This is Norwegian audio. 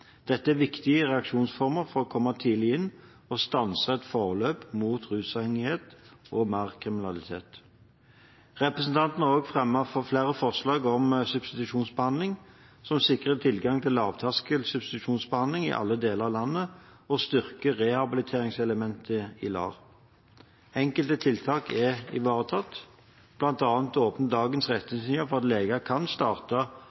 Dette er viktige reaksjonsformer for å komme tidlig inn og stanse et forløp mot rusavhengighet og mer kriminalitet. Representantene har også fremmet flere forslag om substitusjonsbehandling, som sikrer tilgang til lavterskel substitusjonsbehandling i alle deler av landet og styrker rehabiliteringselementet i LAR. Enkelte tiltak er ivaretatt. Blant annet åpner dagens retningslinjer for at leger kan starte